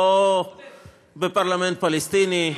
לא בפרלמנט פלסטיני,